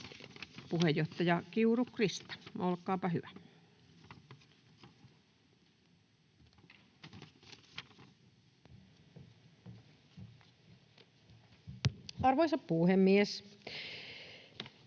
puheenjohtaja, edustaja Krista Kiuru, olkaa hyvä. Arvoisa puhemies!